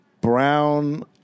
Brown